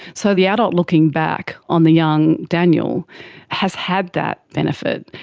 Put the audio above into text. so the adult looking back on the young daniel has had that benefit,